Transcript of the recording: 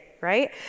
right